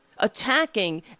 Attacking